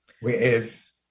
Whereas